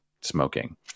smoking